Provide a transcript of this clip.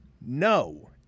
No